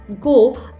go